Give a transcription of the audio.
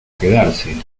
quedarse